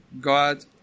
God